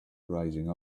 rising